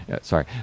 sorry